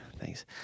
Thanks